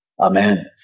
Amen